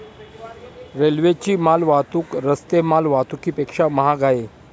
रेल्वेची माल वाहतूक रस्ते माल वाहतुकीपेक्षा महाग आहे